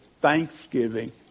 thanksgiving